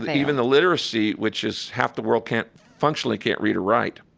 even the literacy, which is half the world can't, functionally can't read or write.